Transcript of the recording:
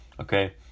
okay